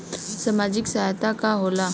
सामाजिक सहायता का होला?